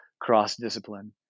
cross-discipline